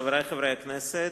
חברי חברי הכנסת,